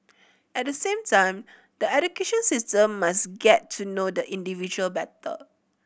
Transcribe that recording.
at the same time the education system must get to know the individual better